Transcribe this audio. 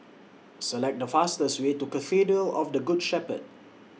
Select The fastest Way to Cathedral of The Good Shepherd